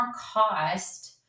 cost